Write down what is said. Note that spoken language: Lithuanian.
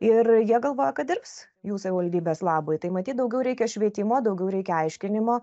ir jie galvoja kad dirbs jų savivaldybės labui tai matyt daugiau reikia švietimo daugiau reikia aiškinimo